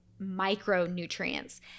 micronutrients